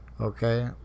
okay